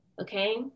okay